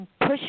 push